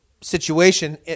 situation